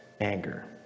anger